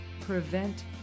prevent